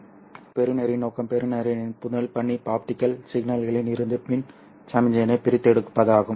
எனவே பெறுநரின் நோக்கம் பெறுநரின் முதல் பணி ஆப்டிகல் சிக்னலில் இருந்து மின் சமிக்ஞையை பிரித்தெடுப்பதாகும்